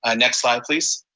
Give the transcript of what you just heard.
ah next slide, please.